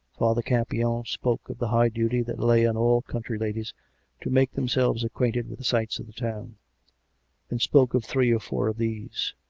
father campion spoke of the high duty that lay on all country ladies to make themselves acquainted with the sights of the town and spoke of three or four of these.